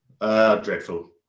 Dreadful